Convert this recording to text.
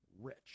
rich